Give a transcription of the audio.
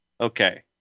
Okay